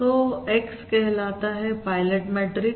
तो X कहलाता है पायलट मैट्रिक्स